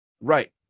right